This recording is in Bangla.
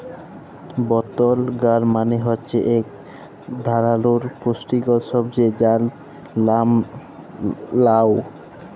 বতল গাড় মালে হছে ইক ধারালের পুস্টিকর সবজি যার লাম লাউ